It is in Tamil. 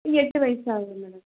எட்டு வயசு ஆகுது மேம்